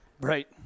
Right